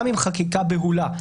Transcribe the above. גם אם חקיקה בהולה,